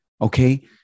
Okay